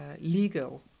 legal